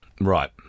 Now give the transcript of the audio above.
Right